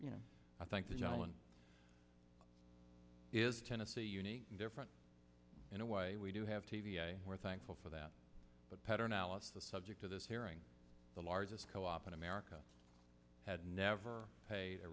you know i think the challenge is tennessee unique and different in a way we do have t v we're thankful for that but pattern alice the subject of this hearing the largest co op in america had never paid a